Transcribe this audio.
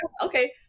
Okay